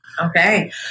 Okay